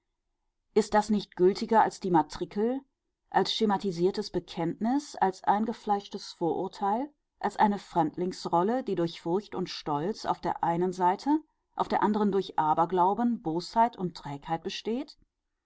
ist das nicht gültiger als die matrikel als schematisiertes bekenntnis als eingefleischtes vorurteil als eine fremdlingsrolle die durch furcht und stolz auf der einen seite auf der anderen durch aberglauben bosheit und trägheit besteht